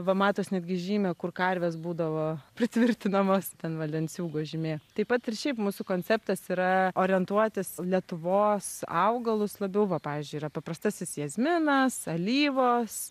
va matos netgi žymė kur karvės būdavo pritvirtinamos ten va lenciūgo žymė taip pat ir šiaip mūsų konceptas yra orientuotis lietuvos augalus labiau va pavyzdžiui yra paprastasis jazminas alyvos